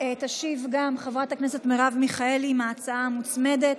תשיב גם חברת הכנסת מרב מיכאלי, עם ההצעה המוצמדת.